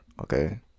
okay